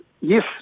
yes